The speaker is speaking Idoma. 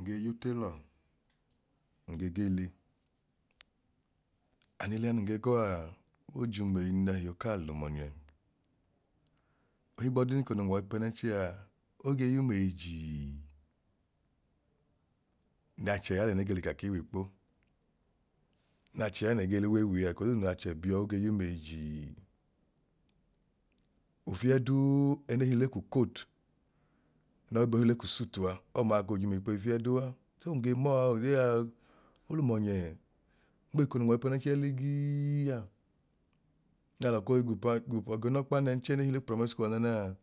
Nge y'utelọ nge giili an ili ẹnun ge gọ aa, ojum eyi nẹhi okaa lum ọnyẹ ohigbọdin eko nun w'ọipẹnẹnchẹa oge yum eyi jii n'achẹ ya lẹ ne ge l'ikaki w'ikpo n'achẹ yalẹ ne ge l'uwe wiyea eko doodu n'achẹ biọọ a oge yum eyi jiiofiẹduu ẹne hi le ku kot n'aobi họ le ku suitua ọmaa ko jum ikpeyi fiẹduua. So nge mọọ a odee a olum ọnyẹ nme eko nun w'ọipẹnẹnchẹ ligii a n'alọ koi guunọkpa nẹnchẹ ne hi le ku primary school a naanaa